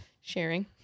sharing